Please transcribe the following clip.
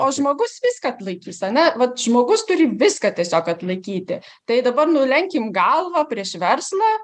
o žmogus viską atlaikys ane vat žmogus turi viską tiesiog atlaikyti tai dabar nulenkim galvą prieš verslą